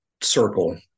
circle